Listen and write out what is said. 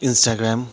Instagram